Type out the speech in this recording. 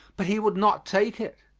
but he would not take it.